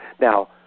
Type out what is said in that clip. Now